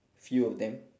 few of them